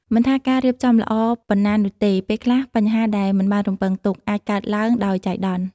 មិនថាការរៀបចំល្អប៉ុណ្ណានោះទេ ពេលខ្លះបញ្ហាដែលមិនបានរំពឹងទុក អាចកើតឡើងដោយចៃដន្យ។